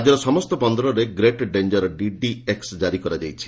ରାଜ୍ୟର ସମସ୍ତ ବନ୍ଦରରେ ଗ୍ରେଟ୍ ଡେଞ୍ଞର ଜିଡିଏକୃ କାରି କରାଯାଇଛି